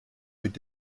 mit